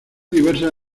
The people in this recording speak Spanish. diversas